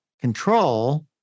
control